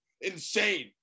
insane